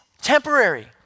temporary